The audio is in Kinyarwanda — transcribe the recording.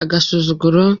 agasuzuguro